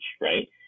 right